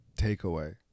takeaway